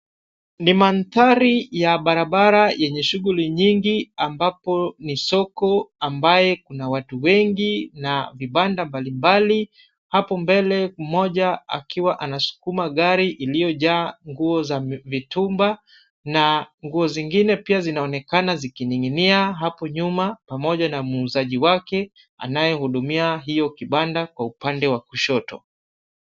Ni mandhari ya barabara yenye shughuli nyingi ambapo ni soko ambaye kuna watu wengi na vibanda mbali mbali. Hapo mbele mmoja akiwa anasukuma gari iliyojaa nguo za mitumba na nguo zingine pia zinaonekana zikining'inia hapo nyuma pamoja na muuzaji wake, anayehudumia hiyo kibanda kwa upande wa kushoto.